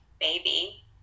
baby